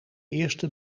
eerste